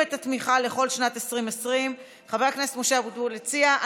את התמיכה לכל שנת 2020. חבר הכנסת משה אבוטבול הציע.